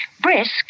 Brisk